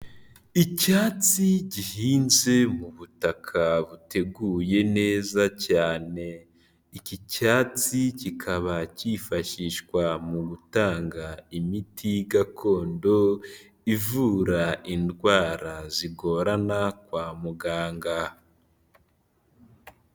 Icyatsi gihinze mu butaka buteguye neza cyane, iki cyatsi kikaba cyifashishwa mu gutanga imiti gakondo ivura indwara zigorana kwa muganga.